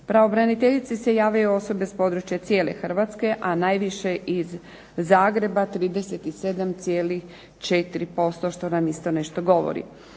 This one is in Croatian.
Pravobraniteljici se javljaju osobe s područja cijele Hrvatske, a najviše iz Zagreba 37,4% što nam isto nešto govori.